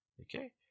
Okay